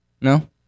No